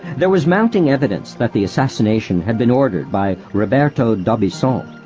there was mounting evidence that the assassination had been ordered by roberto d'aubuisson,